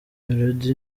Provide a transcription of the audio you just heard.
melody